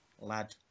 lad